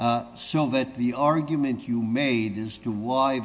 and so that the argument you made as to why